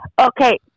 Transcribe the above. Okay